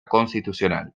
constitucional